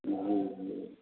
हूँ